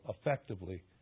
effectively